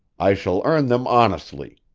i shall earn them honestly,